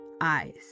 eyes